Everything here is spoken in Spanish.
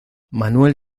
manuel